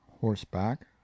horseback